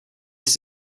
this